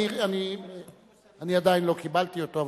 אני עדיין לא קיבלתי אותו,